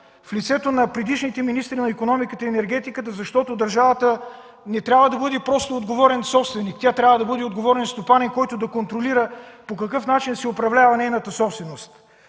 в лицето на предишните министри на икономиката и енергетиката, защото държавата не трябва да бъде просто отговорен собственик. Тя трябва да бъде отговорен стопанин, който да контролира по какъв начин се управлява нейната собственост.